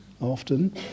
often